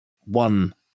one